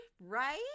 Right